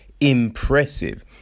impressive